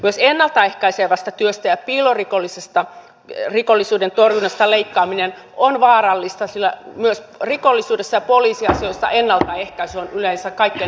myös ennalta ehkäisevästä työstä ja piilorikollisuuden torjunnasta leikkaaminen on vaarallista sillä myös rikollisuudessa ja poliisiasioissa ennaltaehkäisy on yleensä kaikkein halvin vaihtoehto